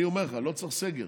אני אומר לך, לא צריך סגר.